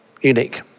unique